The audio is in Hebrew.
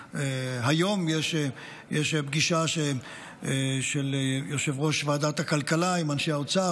היום יש פגישה של יושב-ראש ועדת הכלכלה עם אנשי האוצר